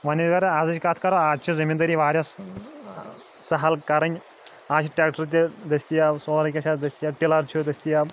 وۄنۍ اگر آزٕچ کتھ کرو آز چھِ زٔمیٖندٲری واریاہ سہل کرٕنۍ آز چھِ ٹریکٹر تہِ دٔستِیاب سورُے کینٛہہ چھِ آز دٔستِیاب ٹِلر چھُ دٔستِیاب